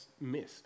missed